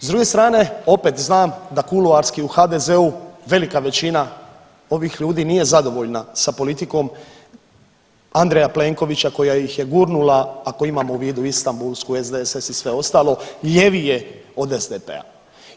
S druge strane, opet znam da kuloarski u HDZ-u velika većina ovih ljudi nije zadovoljna sa politikom Andreja Plenkovića koja ih je gurnula, ako imamo u vidu Istambulsku, SDSS i sve ostalo, ljevije od SDP-a.